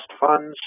funds